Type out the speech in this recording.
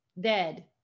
dead